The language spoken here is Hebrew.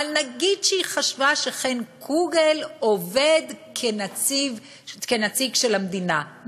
אבל נגיד שהיא חשבה שחן קוגל עובד כנציג של המדינה,